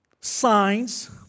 signs